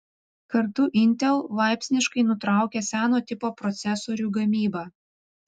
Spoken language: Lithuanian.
kartu intel laipsniškai nutraukia seno tipo procesorių gamybą